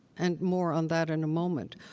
and more on that in a moment.